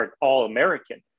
All-American